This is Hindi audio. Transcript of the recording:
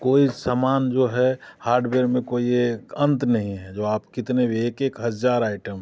कोई सामान जो है हार्डबेयर में कोई एक अंत नहीं है जो आप कितने भी एक एक हज़ार आइटम हैं